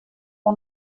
oan